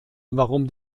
warum